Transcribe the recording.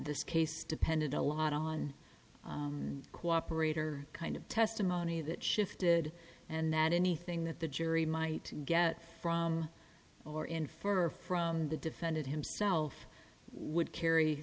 this case depended a lot on cooperate or kind of testimony that shifted and that anything that the jury might get from or infer from the defendant himself would carry